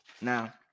Now